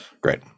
Great